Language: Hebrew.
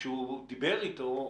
כשהוא דיבר אתו,